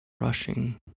rushing